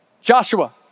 Joshua